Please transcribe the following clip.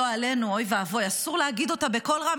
לא עלינו, אוי ואבוי, אסור להגיד אותה בקול רם.